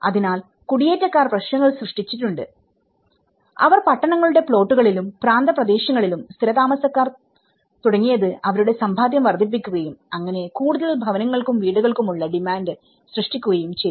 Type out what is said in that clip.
അതിനാൽ കുടിയേറ്റക്കാർ പ്രശ്നങ്ങൾ സൃഷ്ടിച്ചിട്ടുണ്ട് അവർ പട്ടണങ്ങളുടെ പ്ലോട്ടുകളിലും പ്രാന്തപ്രദേശങ്ങളിലും സ്ഥിരതാമസമാക്കാൻ തുടങ്ങിയത് അവരുടെ സമ്പാദ്യം വർദ്ധിപ്പിക്കുകയും അങ്ങനെ കൂടുതൽ ഭവനങ്ങൾക്കും വീടുകൾക്കുമുള്ള ഡിമാൻഡ് സൃഷ്ടിക്കുകയും ചെയ്തു